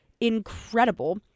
incredible